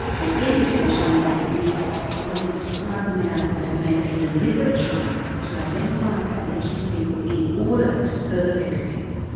an imputation that the persons described in the article had made a deliberate choice to identify as aboriginal people in order to further their careers.